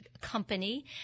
company